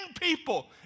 people